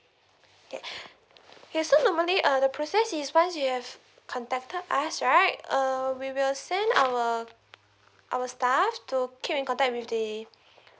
okay okay so normally uh the process is once you have contacted us right uh we will send our our staff to keep in contact with the